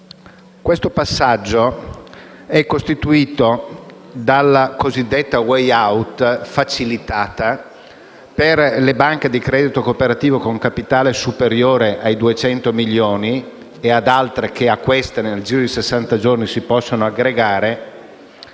Questo passaggio è costituito dalla cosiddetta *way out* facilitata per le banche di credito cooperativo con capitale superiore ai 200 milioni e per altre che a queste, nel giro di sessanta giorni, si possono aggregare,